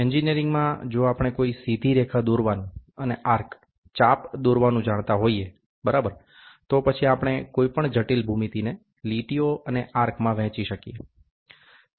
એન્જિન્યરિંગમાં જો આપણે કોઈ સીધી રેખા દોરવાનું અને આર્કચાપ દોરવાનું જાણતા હોઇએ બરાબર તો પછી આપણે કોઈ પણ જટિલ ભૂમિતિ ને લીટીઓ અને આર્કચાપમાં વહેંચી શકીએ